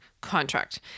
contract